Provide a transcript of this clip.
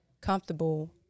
comfortable